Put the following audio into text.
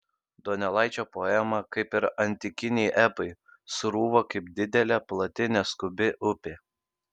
donelaičio poema kaip ir antikiniai epai srūva kaip didelė plati neskubi upė